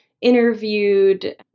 interviewed